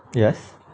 yes